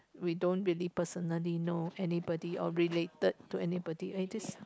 we don't really personally know anybody or related anybody I just